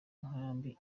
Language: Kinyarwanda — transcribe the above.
inkambi